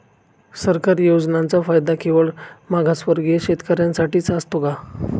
सरकारी योजनांचा फायदा केवळ मागासवर्गीय शेतकऱ्यांसाठीच असतो का?